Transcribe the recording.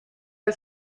der